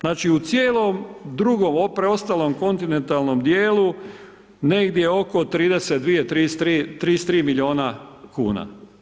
Znači u cijelom drugom preostalom kontinentalnom dijelu negdje oko 32, 33 milijuna kuna.